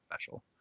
special